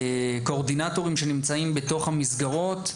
קורדינטורים שנמצאים בתוך המסגרות,